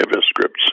scripts